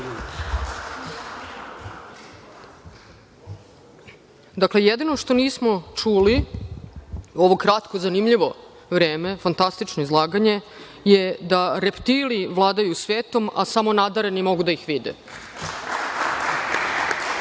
Dakle, jedino što nismo čuli u ovo kratko, zanimljivo vreme, fantastično izlaganje, je da reptili vladaju svetom, a samo nadareni mogu da ih vide. To